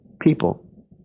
people